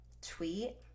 tweet